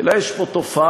אלא יש פה תופעה,